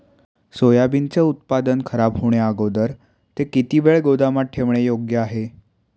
सोयाबीनचे उत्पादन खराब होण्याअगोदर ते किती वेळ गोदामात ठेवणे योग्य आहे?